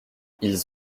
ils